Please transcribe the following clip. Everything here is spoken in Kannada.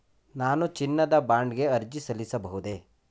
ನಾನು ಚಿನ್ನದ ಬಾಂಡ್ ಗೆ ಅರ್ಜಿ ಸಲ್ಲಿಸಬಹುದೇ?